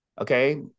okay